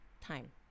time